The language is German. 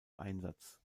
einsatz